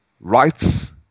rights